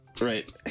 Right